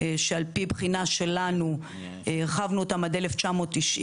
שעל פי בחינה שלנו הרחבנו אותם עד 1990,